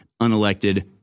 unelected